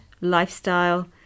lifestyle